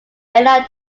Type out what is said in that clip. airline